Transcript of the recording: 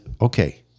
okay